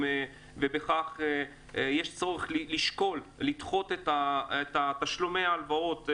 ויש צורך לשקול לדחות את תשלומי ההלוואות.